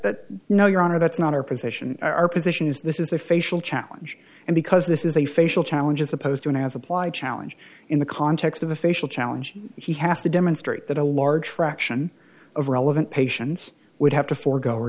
that you know your honor that's not our position our position is this is a facial challenge and because this is a facial challenge as opposed to an as applied challenge in the context of a facial challenge he has to demonstrate that a large fraction of relevant patients would have to forgo or